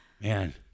Man